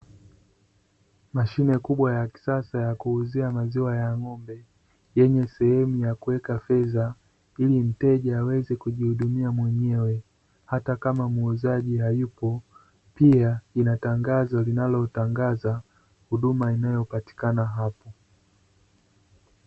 Mashine kubwa ya kisasa ya kuuziwa maziwa ya ng’ombe, yenye sehemu ya kuweka fedha ili mteja aweze kujihudumia mwenyewe hata kama muuzaji hayupo. Pia lina tangazo linalotangaza huduma inayopatikana hapo.